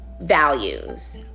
values